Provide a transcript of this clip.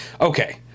Okay